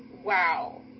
wow